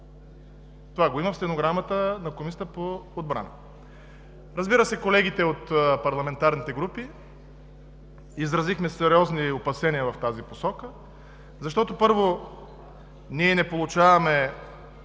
Това го има в стенограмата от заседанието на Комисията по отбрана. Разбира се, колегите от парламентарните групи изразихме сериозни опасения в тази посока, защото, първо, ние не получаваме